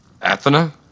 Athena